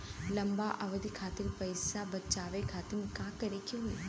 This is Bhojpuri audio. लंबा अवधि खातिर पैसा बचावे खातिर का करे के होयी?